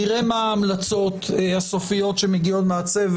נראה מה ההלצות הסופיות שמגיעות מהצוות.